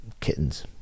kittens